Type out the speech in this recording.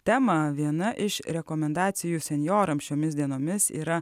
tema viena iš rekomendacijų senjorams šiomis dienomis yra